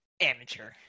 Amateur